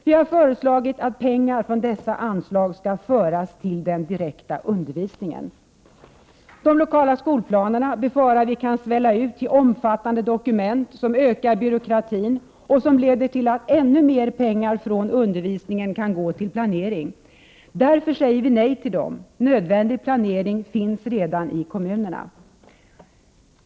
Vi har föreslagit att pengar från dessa anslag skall föras till den direkta undervisningen. De lokala skolplanerna befarar vi kan svälla ut till omfattande dokument som ökar byråkratin och leder till att ännu mer pengar från undervisningen kan gå till planering. Därför säger vi nej till dem. Nödvändig planering finns redan i kommunerna.